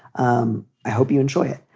um i hope you enjoy it.